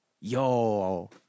Yo